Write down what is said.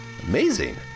Amazing